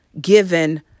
given